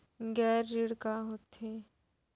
गैर ऋण का होथे?